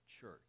church